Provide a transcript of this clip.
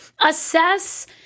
assess